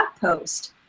post